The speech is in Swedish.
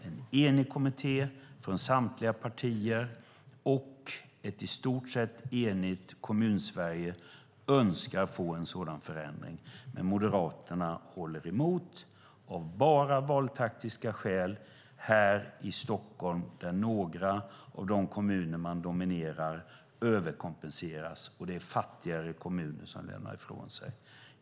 En enig kommitté från samtliga partier och ett i stort sett enigt Kommunsverige önskar få en sådan förändring. Men Moderaterna håller emot, bara av valtaktiska skäl här i Stockholm, där några av de kommuner som man dominerar överkompenseras, och det är fattigare kommuner som lämnar ifrån sig.